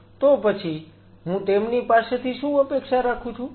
તો પછી હું તેમની પાસેથી શું અપેક્ષા રાખું છું